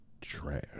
trash